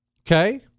Okay